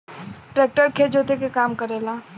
tractor खेत जोते क काम करेला